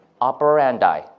operandi